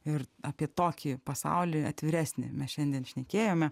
ir apie tokį pasaulį atviresnį mes šiandien šnekėjome